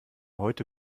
heute